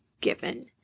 given